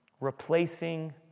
replacing